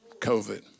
covid